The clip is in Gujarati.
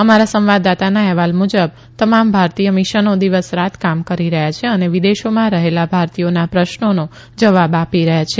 અમારા સંવાદદાતાના અહેવાલ મુજબ તમામ ભારતીય મિશનો દિવસ રાત કામ કરી રહથાં છે અને વિદેશોમાં રહેલા ભારતીયોના પ્રશ્નોનો જવાબ આપી રહથાં છે